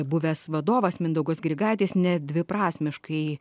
buvęs vadovas mindaugas grigaitis nedviprasmiškai